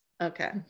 okay